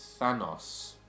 Thanos